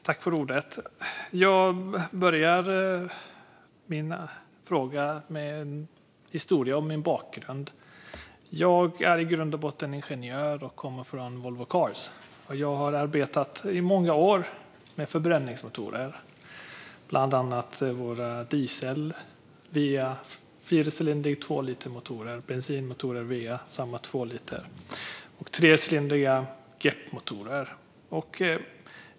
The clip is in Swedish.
Herr talman! Jag börjar min fråga med en historia om min bakgrund. Jag är i grund och botten ingenjör och kommer från Volvo Cars. Jag har arbetat i många år med förbränningsmotorer. Det gäller bland annat våra motorer för diesel med fyrcylindriga tvålitersmotorer, tvåliters bensinmotorer och trecylindriga motorer.